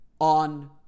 on